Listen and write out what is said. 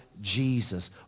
Jesus